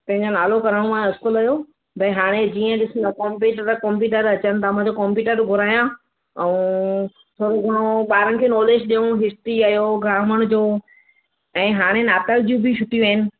पंहिंजो नालो करिणो आहे इस्कूल जो भई हाणे जीअं ॾिसूं था कोम्पिटर कोम्पिटर अचनि था मां चयो कोम्पिटर घुराया ऐं थोरो घणो ॿारनि खे नॉलेज ॾियूं हिश्ट्रीअ जो ग्रामड़ जो ऐं हाणे नातल जूं बि छुटियूं आहिनि